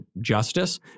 justice